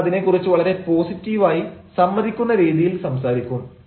നിങ്ങൾ അതിനെ കുറിച്ച് വളരെ പോസിറ്റീവായി സമ്മതിക്കുന്ന രീതിയിൽ സംസാരിക്കും